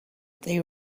they